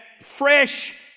fresh